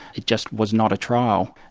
it just was not a trial.